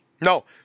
No